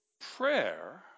prayer